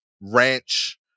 ranch